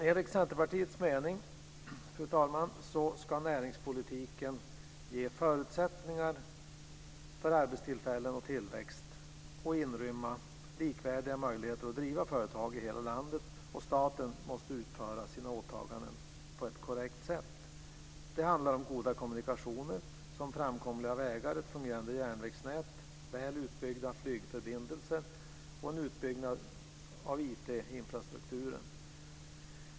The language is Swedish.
Enligt Centerpartiets mening, fru talman, ska näringspolitiken ge förutsättningar för arbetstillfällen och tillväxt och inrymma likvärdiga möjligheter att driva företag i hela landet, och staten måste utföra sina åtaganden på ett korrekt sätt. Det handlar om goda kommunikationer, som framkomliga vägar, ett fungerande järnvägsnät, väl utbyggda flygförbindelser och en utbyggnad av IT-infrastrukturen.